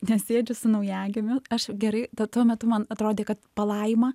nes sėdi su naujagimiu aš gerai tad tuo metu man atrodė kad palaima